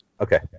Okay